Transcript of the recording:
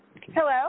Hello